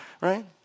right